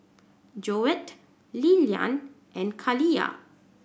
Joette Lilyan and Kaliyah